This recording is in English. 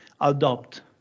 adopt